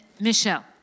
Michelle